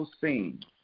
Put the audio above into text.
scenes